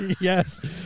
Yes